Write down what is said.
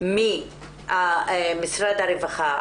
ממשרד הרווחה,